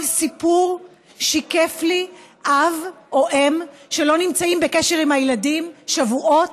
כל סיפור שיקף לי אב או אם שלא נמצאים בקשר עם הילדים שבועות,